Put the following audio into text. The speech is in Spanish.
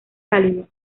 cálido